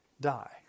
die